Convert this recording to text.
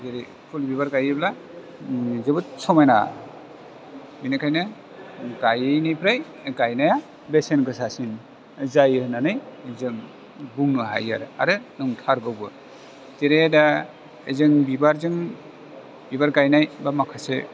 जेरै फुल बिबारा गायोब्ला उम जोबोर समायना बेनिखाइनो गाइयैनिफ्राइ गायनाया बेसेन गोसासिन जायो होन्नानै जों बुंनो हायो आरो आरो नंथारगौबो जेरैहाइ दा जों बिबारजों बिबार गायनाय बा माखासे